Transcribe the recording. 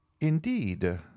indeed